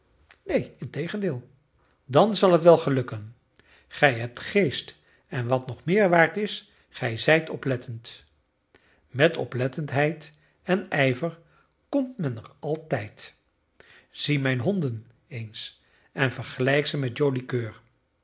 neen integendeel dan zal het wel gelukken gij hebt geest en wat nog meer waard is gij zijt oplettend met oplettendheid en ijver komt men er altijd zie mijn honden eens en vergelijk ze met